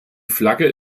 flagge